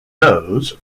nose